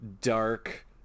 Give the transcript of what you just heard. dark